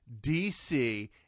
DC